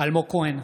אלמוג כהן,